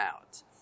out